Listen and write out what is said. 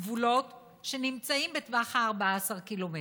גבולות, שנמצאים בטווח ה-14 ק"מ.